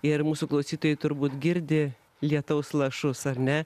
ir mūsų klausytojai turbūt girdi lietaus lašus ar ne